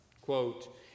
quote